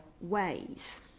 ways